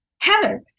Heather